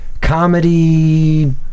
comedy